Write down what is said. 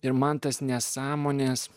ir man tas nesąmones